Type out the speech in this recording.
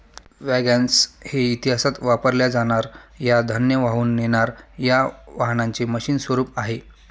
wagons हे इतिहासात वापरल्या जाणार या धान्य वाहून नेणार या वाहनांचे मशीन स्वरूप आहे